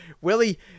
Willie